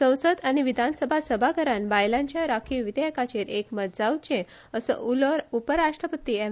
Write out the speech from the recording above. संसद आनी विधानसभा सभाघरांत बायलांच्या राखीव विधेयकाचेर एकमत जांवचें असो उलो उपराष्ट्रपती एम